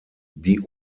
die